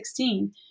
2016